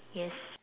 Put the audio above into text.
yes